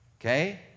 Okay